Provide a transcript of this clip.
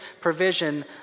provision